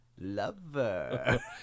Lover